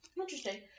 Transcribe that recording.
interesting